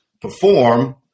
perform